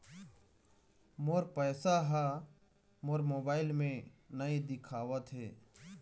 मोर पैसा ह मोर मोबाइल में नाई दिखावथे